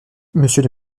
monsieur